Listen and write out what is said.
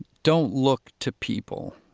don't look to people.